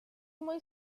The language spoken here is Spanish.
muy